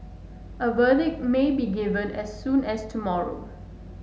a verdict may be given as soon as tomorrow